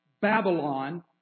Babylon